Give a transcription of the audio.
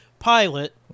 Pilot